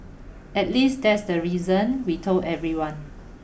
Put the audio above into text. at least that's the reason we told everyone